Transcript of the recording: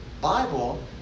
Bible